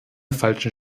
falschen